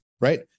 Right